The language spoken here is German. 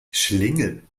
schlingel